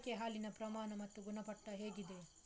ಮೇಕೆ ಹಾಲಿನ ಪ್ರಮಾಣ ಮತ್ತು ಗುಣಮಟ್ಟ ಹೇಗಿದೆ?